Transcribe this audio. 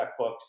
checkbooks